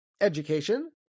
education